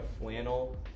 flannel